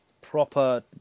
proper